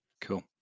Cool